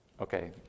Okay